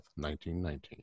1919